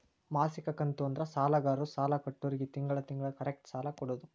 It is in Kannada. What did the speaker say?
ಮಾಸಿಕ ಕಂತು ಅಂದ್ರ ಸಾಲಗಾರರು ಸಾಲ ಕೊಟ್ಟೋರ್ಗಿ ತಿಂಗಳ ತಿಂಗಳ ಕರೆಕ್ಟ್ ಸಾಲ ಕೊಡೋದ್